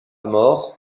mort